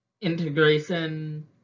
integration